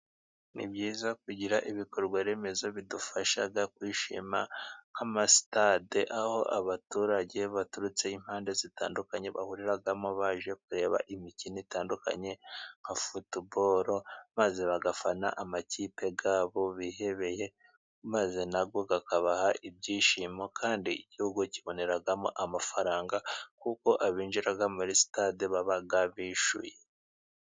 Ni byiza kugira ibikorwa remezo bidufasha kwishima nk'amasitade aho abaturage baturutse impande zitandukanye bahuriramo baje kureba imikino itandukanye; nka futuboro, maze bagafana amakipe yabo bihebeye maze nayo akabaha ibyishimo kandi igihugu kiboneramo amafaranga. kuko abinjira muri stade baba bishyuye.